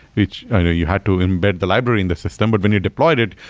which you know you had to embed the library in the system. but when you deployed it,